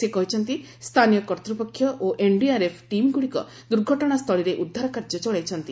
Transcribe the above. ସେ କହିଛନ୍ତି ସ୍ଥାନୀୟ କର୍ତ୍ତ୍ୱପକ୍ଷ ଓ ଏନ୍ଡିଆର୍ଏଫ୍ ଟିମ୍ଗୁଡ଼ିକ ଦୁର୍ଘଟଣାସ୍ଥଳୀରେ ଉଦ୍ଧାର କାର୍ଯ୍ୟ ଚଳାଇଛନ୍ତି